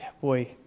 Boy